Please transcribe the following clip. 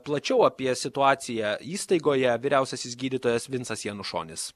plačiau apie situaciją įstaigoje vyriausiasis gydytojas vincas janušonis